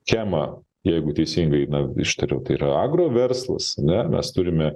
chemą jeigu teisingai na ištariau tai yra agro verslas ane mes turime